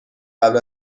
قبل